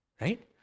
right